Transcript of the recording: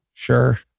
Sure